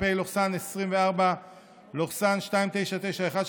פ/2991/24,